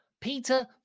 Peter